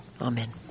Amen